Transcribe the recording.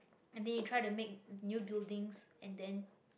and then you try to make new buildings and then